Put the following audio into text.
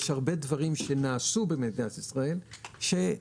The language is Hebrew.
יש הרבה דברים שנעשו במדינת ישראל שהפתעה,